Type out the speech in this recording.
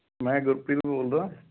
ਮੈਂ ਗੁਰਪ੍ਰੀਤ ਬੋਲਦਾ